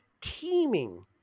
teeming